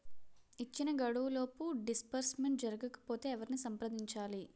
ఇచ్చిన గడువులోపు డిస్బర్స్మెంట్ జరగకపోతే ఎవరిని సంప్రదించాలి?